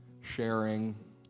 sharing